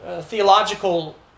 Theological